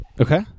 okay